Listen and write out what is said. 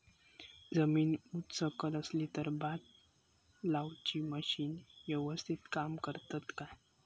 जमीन उच सकल असली तर भात लाऊची मशीना यवस्तीत काम करतत काय?